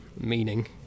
Meaning